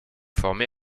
formé